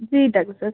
जी doctor साहब